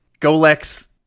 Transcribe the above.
Golex